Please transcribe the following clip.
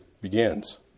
begins